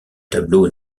tableau